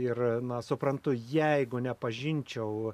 ir na suprantu jeigu nepažinčiau